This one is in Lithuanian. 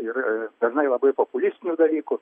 ir dažnai labai populistinių dalykų